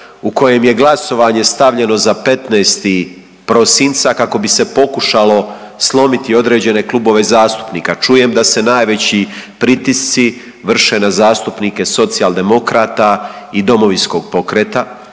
kojem je glasovanje stavljeno za 15. prosinca kako bi se pokušalo slomiti određene klubove zastupnika. Čujem da se najveći pritisci vrše na zastupnike Socijaldemokrata i Domovinskog pokreta,